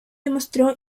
demostró